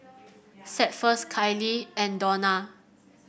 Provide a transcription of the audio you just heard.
Cephus Kylie and Dawna